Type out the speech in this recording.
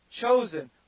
chosen